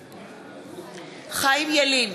בעד חיים ילין,